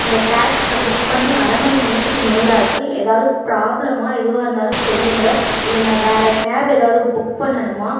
உங்கள் டாக்ஸ் நான் புக் பண்ணி அரை மணி நேரத்துக்கு மேல் ஆச்சு ஏதாவது ப்ராப்ளமா எதுவாக இருந்தாலும் சொல்லுங்கள் இல்லை நான் வேறு கேப் ஏதாவது புக் பண்ணணுமா